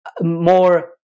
more